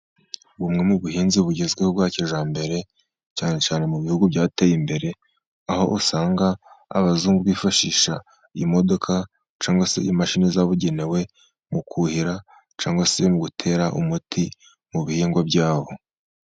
Bumwe mu buhinzi bugezweho bwa kijyambere, cyane cyane mu bihugu byateye imbere, aho usanga abazungu bifashisha imodoka, cyangwa se imashini zabugenewe mu kuhira, cyangwa se mu gutera umuti, mu bihingwa byabo.